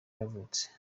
yavutse